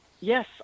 Yes